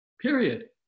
period